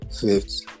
fifth